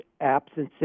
absences